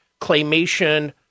claymation